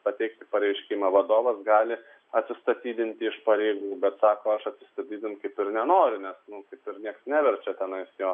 pateikti pareiškimą vadovas gali atsistatydinti iš pareigų bet sako aš atsistatydint kaip ir nenoriu nes nu kaip ir nieks neverčia tenais jo